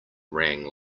rang